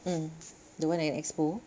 mm the one at expo